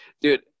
Dude